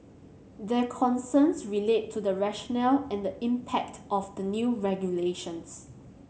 their concerns relate to the rationale and the impact of the new regulations